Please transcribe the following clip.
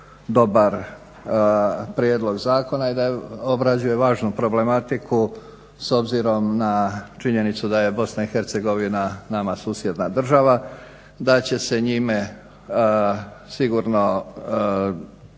dobar prijedlog zakona i da obrađuje važnu problematiku s obzirom na činjenicu da je BiH nama susjedna država, da će se njime sigurno